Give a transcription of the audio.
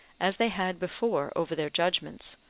as they had before over their judgments,